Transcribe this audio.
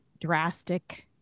drastic